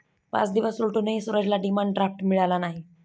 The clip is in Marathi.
पाच दिवस उलटूनही सूरजला डिमांड ड्राफ्ट मिळाला नाही